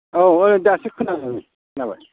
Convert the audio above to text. औ ओइ दासो खोनादों खोनाबाय